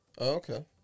Okay